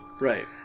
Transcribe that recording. Right